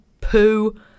poo